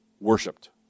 worshipped